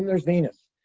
there's venus.